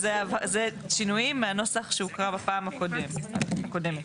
זה שינויים מהנוסח שהוקרא בפעם הקודמת.